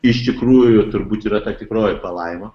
iš tikrųjų turbūt yra ta tikroji palaima